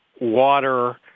water